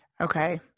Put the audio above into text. Okay